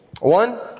One